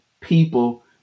people